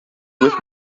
with